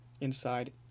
inside